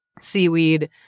seaweed